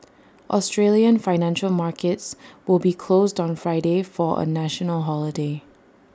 Australian financial markets will be closed on Friday for A national holiday